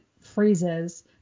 phrases